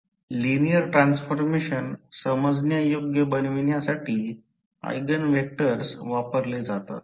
linear transformation समजण्या योग्य बनविण्यासाठी ऎगेन व्हेक्टर्स वापरले जातात